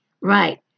Right